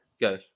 Go